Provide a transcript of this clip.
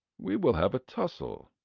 we will have a tussle.